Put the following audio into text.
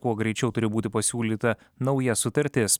kuo greičiau turi būti pasiūlyta nauja sutartis